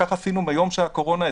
כך עשינו מיום שהקורונה התחילה,